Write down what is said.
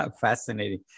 Fascinating